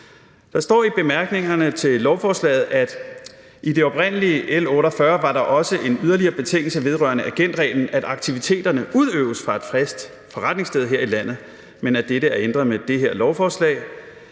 Der står i bemærkningerne til lovforslaget, at der i det oprindelige L 48 også var en yderligere betingelse vedrørende agentreglen, nemlig at aktiviteterne blev udøvet fra et fast forretningssted her i landet, men at dette er ændret med det her lovforslag,